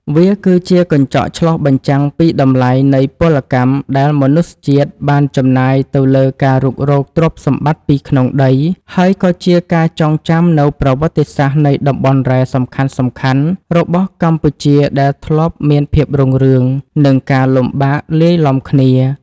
វាគឺជាកញ្ចក់ឆ្លុះបញ្ចាំងពីតម្លៃនៃពលកម្មដែលមនុស្សជាតិបានចំណាយទៅលើការរុករកទ្រព្យសម្បត្តិពីក្នុងដី ហើយក៏ជាការចងចាំនូវប្រវត្តិសាស្ត្រនៃតំបន់រ៉ែសំខាន់ៗរបស់កម្ពុជាដែលធ្លាប់មានភាពរុងរឿង និងការលំបាកលាយឡំគ្នា។